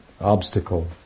obstacle